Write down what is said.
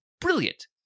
brilliant